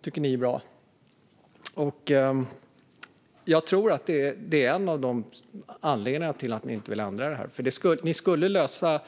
Det tycker ni är bra. Jag tror att det är en av anledningarna till att ni inte vill ändra detta.